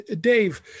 Dave